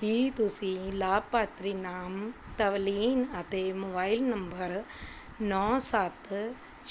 ਕੀ ਤੁਸੀਂ ਲਾਭਪਾਤਰੀ ਨਾਮ ਤਵਲੀਨ ਅਤੇ ਮੋਬਾਈਲ ਨੰਬਰ ਨੌਂ ਸੱਤ